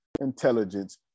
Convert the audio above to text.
intelligence